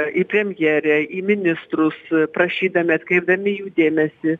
į premjerę į ministrus prašydami atkreipdami jų dėmesį